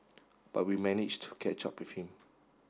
but we managed to catch up with him